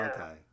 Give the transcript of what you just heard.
Okay